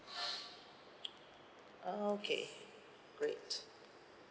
oh okay great